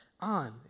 on